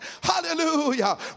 hallelujah